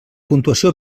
puntuació